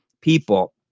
people